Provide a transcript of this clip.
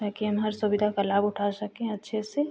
ताकि हम हर सुविधा का लाभ उठा सकें अच्छे से